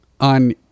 on